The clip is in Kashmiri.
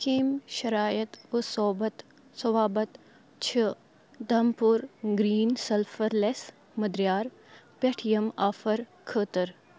کَم شرایط وصوبط صوابط چھِ دھمپوٗر گرٛیٖن سَلفر لٮ۪س مٔدریٛار پٮ۪ٹھ یِم آفر خٲطٕر